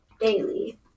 daily